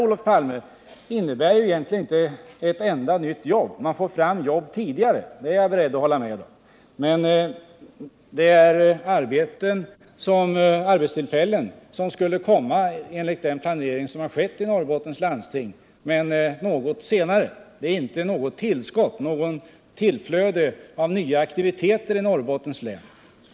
Men den ändringen innebär ju inte att man skapar ett enda nytt jobb. Man får fram jobb tidigare — det är jag beredd att hålla med om — men det rör sig om arbetstillfällen som ändå, låt vara något senare, skulle komma till stånd enligt den planering som har skett i Norrbottens landsting. Det är inte fråga om något tillskott av arbetstillfällen eller något tillflöde av nya aktiviteter i Norrbottens län.